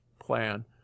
plan